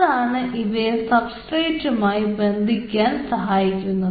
അതാണ് ഇവയെ സബ്സ്ട്രേറ്റുമായി ബന്ധിക്കാൻ സഹായിക്കുന്നത്